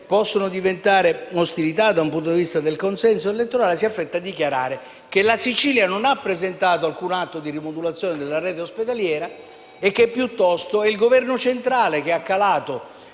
potevano causare ostilità da un punto di vista del consenso elettorale, si affretta a dichiarare che la Sicilia non ha presentato alcun atto di rimodulazione della rete ospedaliera e che, piuttosto, è il Governo centrale ad aver